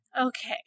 okay